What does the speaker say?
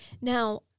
Now